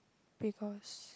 because